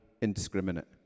indiscriminate